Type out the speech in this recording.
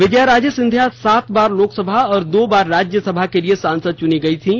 विजया राजे सिंधिया सात बार लोकसभा और दो बार राज्य सभा के लिए सांसद चूनी गई थीं